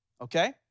okay